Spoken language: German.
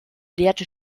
lehrte